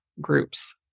groups